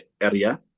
area